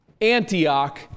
Antioch